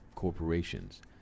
corporations